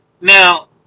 Now